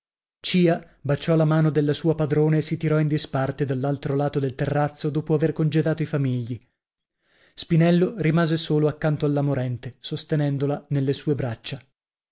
baciò la mano della sua padrona e si tirò in disparte dall'altro lato del terrazzo dopo aver congedato i famigli spinello rimase solo accanto alla morente sostenendola nelle sue braccia